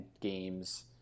games